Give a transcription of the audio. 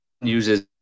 uses